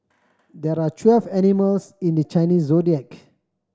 there are twelve animals in the Chinese Zodiac